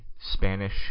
Spanish